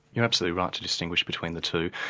you're absolutely right to distinguish between the two.